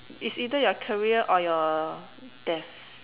is either your career or your death